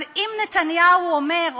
אז אם נתניהו אומר,